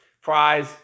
fries